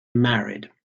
married